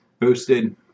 boosted